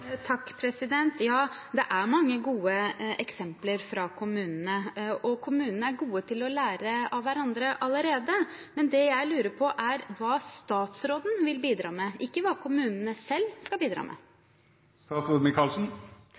Ja, det er mange gode eksempler fra kommunene, og kommunene er gode til å lære av hverandre allerede. Det jeg lurer på, er hva statsråden vil bidra med, ikke hva kommunene selv skal bidra